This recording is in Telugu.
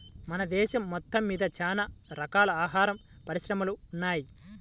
మన దేశం మొత్తమ్మీద చానా రకాల ఆహార పరిశ్రమలు ఉన్నయ్